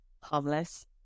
Homeless